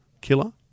killer